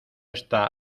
está